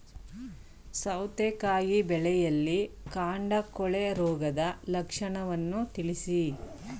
ಸೌತೆಕಾಯಿ ಬೆಳೆಯಲ್ಲಿ ಕಾಂಡ ಕೊಳೆ ರೋಗದ ಲಕ್ಷಣವನ್ನು ತಿಳಿಸಿ?